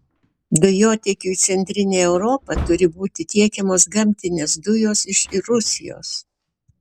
dujotiekiu į centrinę europą turi būti tiekiamos gamtinės dujos iš rusijos